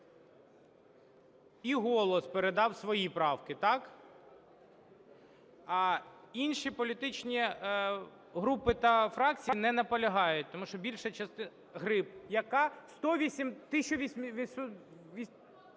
І "Голос" передав свої правки. Так? А інші політичні групи та фракції не наполягають, тому що більша частина... Гриб. Яка? 1